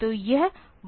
तो यह वहां क्लियर है